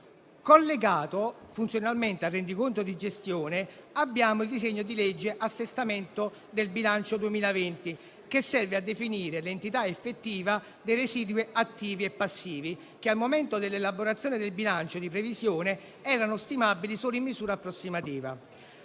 Collegato funzionalmente al rendiconto di gestione abbiamo il disegno di legge recante disposizioni per l'assestamento del bilancio dello Stato 2020, che serve a definire l'entità effettiva dei residui attivi e passivi che, al momento dell'elaborazione del bilancio di previsione, erano stimabili solo in misura approssimativa.